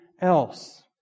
else